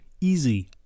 easy